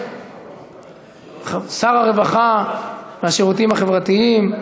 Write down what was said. שר הרווחה והשירותים החברתיים,